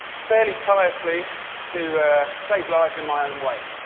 fairly tirelessly to save lives in my own way.